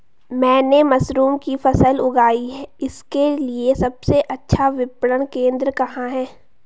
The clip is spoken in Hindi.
मैंने मशरूम की फसल उगाई इसके लिये सबसे अच्छा विपणन केंद्र कहाँ है?